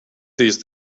these